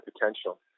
potential